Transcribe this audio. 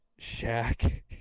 Shaq